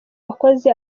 wakoze